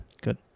good